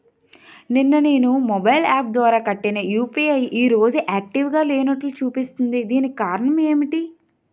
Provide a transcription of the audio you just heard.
నిన్న నేను mobile app ద్వారా కట్టిన యు.పి.ఐ ఈ రోజు యాక్టివ్ గా లేనట్టు చూపిస్తుంది దీనికి కారణం ఏమిటి?